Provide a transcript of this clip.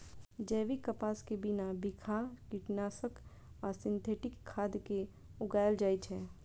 जैविक कपास कें बिना बिखाह कीटनाशक आ सिंथेटिक खाद के उगाएल जाए छै